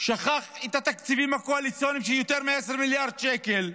שכח את התקציבים הקואליציוניים של יותר מ-10 מיליארד שקל,